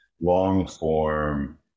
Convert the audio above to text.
long-form